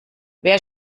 wer